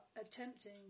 attempting